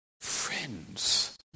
friends